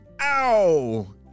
Ow